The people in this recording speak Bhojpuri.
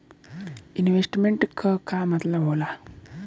इन्वेस्टमेंट क का मतलब हो ला?